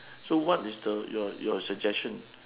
so what is the your your suggestion